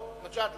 לא, מג'אדלה.